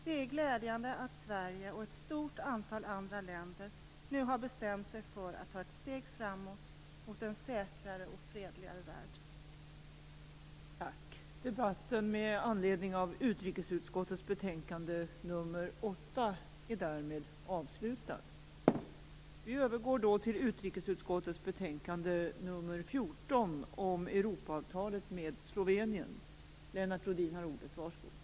Det är glädjande att Sverige och ett stort antal andra länder nu har bestämt sig för att ta ett steg framåt mot en säkrare och fredligare värld.